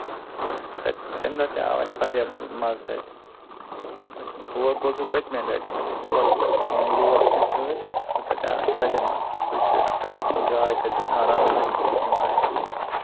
تَتہِ تَمہِ دۄہ تہِ آو اَسہِ واریاہ مَزٕ تَتہِ أسۍ تور گوس بہٕ پٔتۍمہِ لَٹہِ أسۍ ٲسۍ تورٕ دوس کیٚنہہ سۭتۍ تہٕ تَتہِ آو اَسہِ واریاہ مَزٕ سُے چھُ ہِسٹورِکَل جاے تَتہِ ناراناگ یِوان اَسہِ